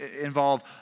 involve